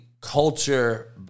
culture